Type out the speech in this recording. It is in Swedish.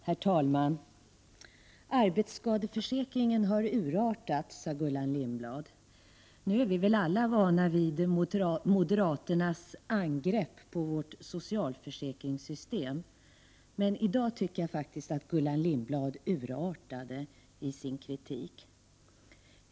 Herr talman! Arbetsskadeförsäkringen har urartat, sade Gullan Lindblad. Nu är vi väl alla vana vid moderaternas angrepp på vårt socialförsäkringssystem, men i dag tycker jag faktiskt att Gullan Lindblad urartade i sin kritik.